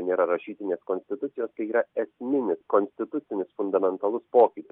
nėra rašytinės konstitucijos tai yra esminis konstitucinis fundamentalus pokytis